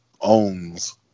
owns